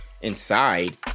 inside